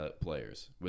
players